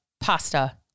pasta